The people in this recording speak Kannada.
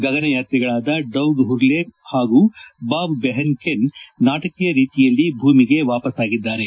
ಗಗನಯಾತ್ರಿಗಳಾದ ಡೌಗ್ ಹುರ್ಲೆ ಹಾಗೂ ಬಾಬ್ ಬೆಹನ್ಕೆನ್ ನಾಟಕೀಯ ರೀತಿಯಲ್ಲಿ ಭೂಮಿಗೆ ವಾಪಸ್ನಾಗಿದ್ದಾರೆ